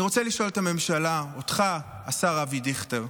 אני רוצה לשאול את הממשלה, אותך, השר אבי דיכטר: